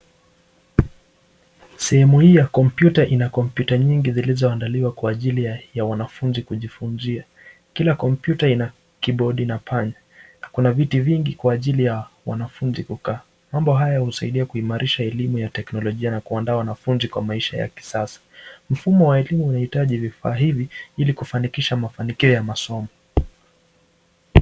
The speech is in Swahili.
Sehemu hii ya kompyuta ina kompyuta nyingi zilizoandaliwa kwa ajili ya wanafunzi kujifunzia kila kompyuta ina kibodi na panya, kuna viti vingi kwa ajili ya wanafunzi kukaa mambo haya husaidia kuimarisha elimu ya teknolojia na kuandaa wanafunzi kwa maisha ya kisasa ,mfumo wa elimu unahitaji vifaa hivi ili kufanikisha mafanikio ya masomo.